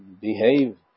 behave